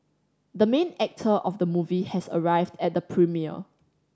the main actor of the movie has arrived at the premiere